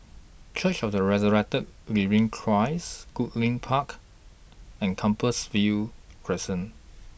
Church of The Resurrected Living Christ Goodlink Park and Compassvale Crescent